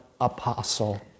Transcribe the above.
apostle